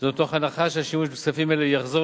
וזאת מתוך הנחה שהשימוש בכספים אלו יחזור